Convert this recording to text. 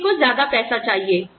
हम सभी को ज्यादा पैसा चाहिए